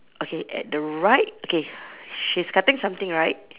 okay at the right okay she's cutting something right